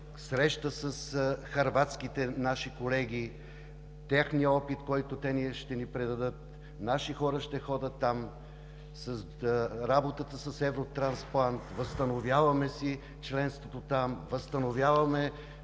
среща с нашите хърватски колеги, техният опит, който те ще ни предадат, наши хора ще ходят там, работата с „Евротрансплант“, възстановяваме си членството там, възстановяваме